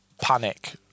panic